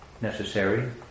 Necessary